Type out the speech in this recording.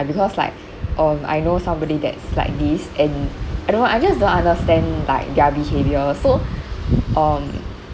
because like oh I know somebody that's like this and I don't know I just don't understand like their behaviour so um